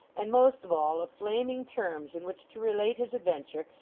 and most of all of flaming terms in which to relate his adventure,